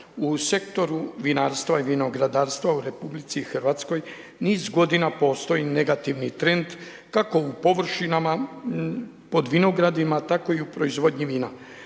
u sektoru vinarstva i vinogradarstva u RH niz godina postoji negativni trend kako u površinama, pod vinogradima, tako i u proizvodnji vina.